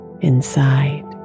inside